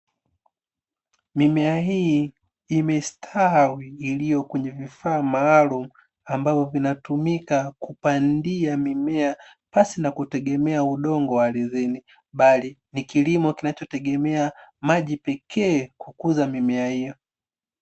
Mimea hii imestawi iliyo kwenye vifaa maalumu ambavyo vinatumika kupandia mimea pasi na kutegemea udongo wa ardhini, bali ni kilimo kinachotegemea maji pekee kukuza mimea hiyo.